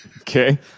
Okay